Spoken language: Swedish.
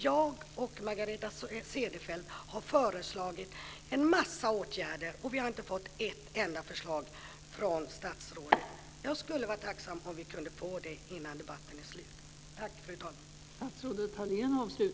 Jag och Margareta Cederfelt har föreslagit en massa åtgärder, och vi har inte fått ett enda förslag från statsrådet. Jag skulle vara tacksam om vi kunde få det innan debatten är slut.